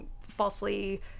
falsely